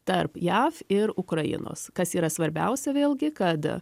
tarp jav ir ukrainos kas yra svarbiausia vėlgi kad